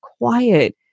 quiet